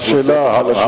הבעיה היא בעיה